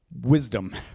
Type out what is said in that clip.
wisdom